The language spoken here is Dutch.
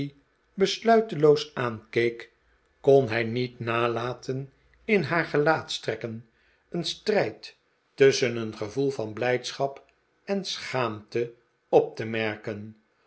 besluiteloos aankeek kon hij niet nalaten in haar gelaatstrekken een strijd tusschen een gevoel van blijdschap en schaamte op te merken